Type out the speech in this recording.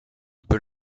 peux